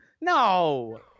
No